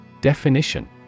Definition